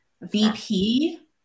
VP